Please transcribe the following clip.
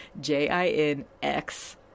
J-I-N-X